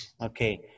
Okay